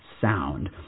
sound